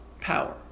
power